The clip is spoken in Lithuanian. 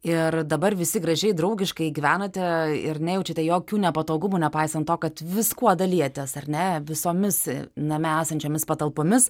ir dabar visi gražiai draugiškai gyvenate ir nejaučiate jokių nepatogumų nepaisant to kad viskuo dalijatės ar ne visomis name esančiomis patalpomis